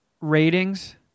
ratings